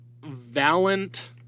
Valent